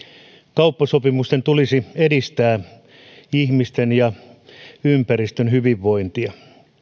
kauppasopimusten tulisi edistää ihmisten ja ympäristön hyvinvointia